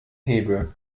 hebel